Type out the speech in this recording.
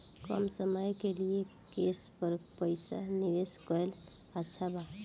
कम समय के लिए केस पर पईसा निवेश करल अच्छा बा?